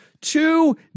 two